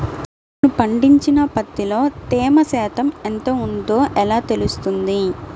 నేను పండించిన పత్తిలో తేమ శాతం ఎంత ఉందో ఎలా తెలుస్తుంది?